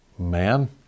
man